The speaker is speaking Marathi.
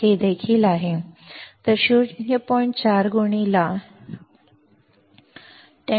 K देखील दिले आहे 0